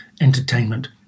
entertainment